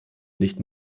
nicht